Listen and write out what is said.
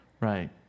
Right